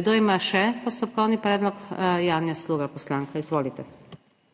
Kdo ima še postopkovni predlog? Janja Sluga, poslanka, izvolit.